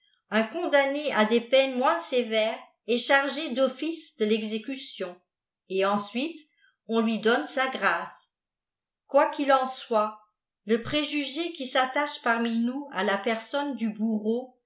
un condamné à des peines moins sévères est chargé d'office de l'exécution et ensuite on lui donne sa grce quoi qu'il en soit le préjugé qui s'attache parmi nous à la personne du bourreau